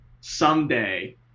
someday